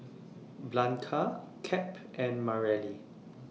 Blanca Cap and Mareli